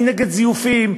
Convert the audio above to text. אני נגד זיופים,